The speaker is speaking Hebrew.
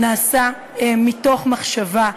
נעשית מתוך מחשבה,